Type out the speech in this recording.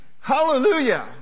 Hallelujah